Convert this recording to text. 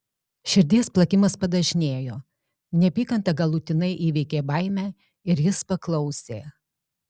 širdies plakimas padažnėjo neapykanta galutinai įveikė baimę ir jis paklausė